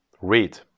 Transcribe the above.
Read